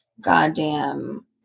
goddamn